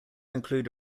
include